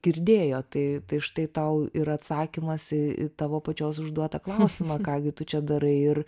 girdėjo tai tai štai tau ir atsakymas į į tavo pačios užduotą klausimą ką gi tu čia darai ir